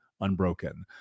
Unbroken